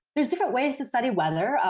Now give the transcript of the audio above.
there's different ways to study weather.